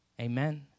Amen